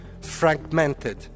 fragmented